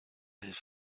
his